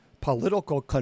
political